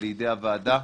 לידי הוועדה.